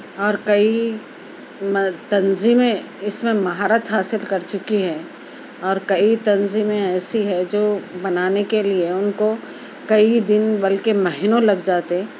اور کئی تنظیمیں اِس میں مہارت حاصل کرچُکی ہیں اور کئی تنظیمیں ایسی ہے جو بنانے کے لئے اُن کو کئی دِن بلکہ مہینوں لگ جاتے